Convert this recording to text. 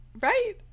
Right